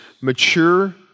mature